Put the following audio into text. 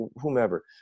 whomever